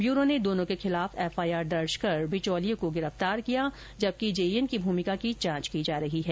bureau ने दोनों के खिलाफ एफआइआर दर्ज कर बिचौलिए को गिरफ्तार किया जबकि जेईएन की भूमिका की जांच की जा रही है